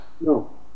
No